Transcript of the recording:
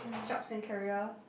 jobs and career